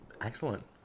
Excellent